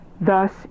Thus